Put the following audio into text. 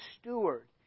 steward